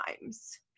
times